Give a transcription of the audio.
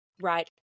Right